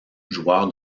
joueur